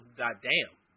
goddamn